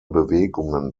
bewegungen